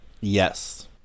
Yes